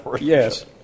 Yes